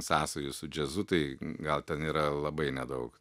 sąsajų su džiazu tai gal ten yra labai nedaug